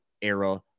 era